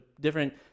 different